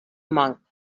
monk